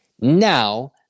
Now